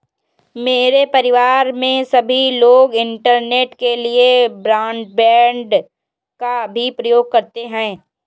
मेरे परिवार में सभी लोग इंटरनेट के लिए ब्रॉडबैंड का भी प्रयोग करते हैं